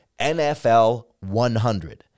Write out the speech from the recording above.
NFL100